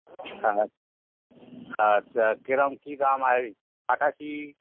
আচ্ছা আচ্ছা কীরকম কী দাম আর ওই পাটাশি